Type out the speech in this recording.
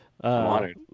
honored